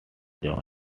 john